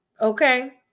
Okay